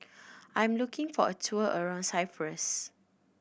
I'm looking for a tour around Cyprus